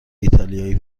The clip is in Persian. ایتالیایی